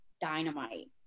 dynamite